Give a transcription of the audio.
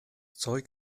zeug